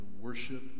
worship